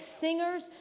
singers